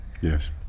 Yes